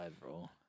bro